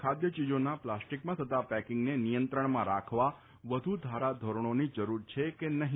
ખાદ્યચીજોના પ્લાસ્ટીકમાં થતા પેકીંગને નિયંત્રણમાં રાખવા વધુ ધારા ધોરણોની જરૂર છે કે નહી